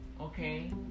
okay